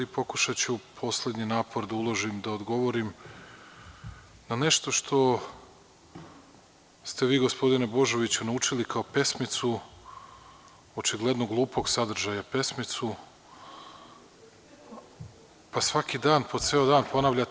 Pokušaću poslednji napor da uložim, da odgovorim na nešto što ste vi gospodine Božoviću naučili kao pesmicu, očigledno glupog sadržaja, pesmicu pa svaki dan po ceo dan ponavljate.